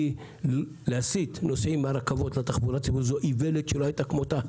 כי להסיט נוסעים מהרכבות לתחבורה הציבורית זו איוולת שלא הייתה כמותה.